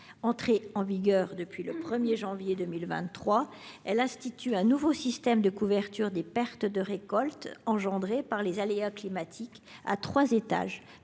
Entré en vigueur le 1 janvier 2023, ce texte institue un nouveau système de couverture des pertes de récolte engendrées par les aléas climatiques. Ce